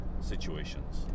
situations